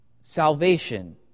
Salvation